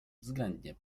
względnie